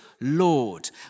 Lord